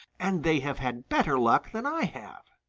and they have had better luck than i have,